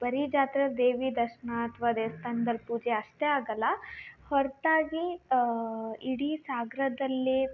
ಬರೀ ಜಾತ್ರೆ ದೇವಿಯ ದರ್ಶನ ಅಥವಾ ದೇವಸ್ಥಾನ್ದಲ್ ಪೂಜೆ ಅಷ್ಟೇ ಆಗೋಲ್ಲಾ ಹೊರತಾಗಿ ಇಡೀ ಸಾಗರದಲ್ಲಿ